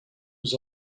was